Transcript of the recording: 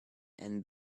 and